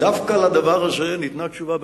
דווקא לדבר הזה ניתנה תשובה,